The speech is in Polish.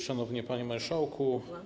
Szanowny Panie Marszałku!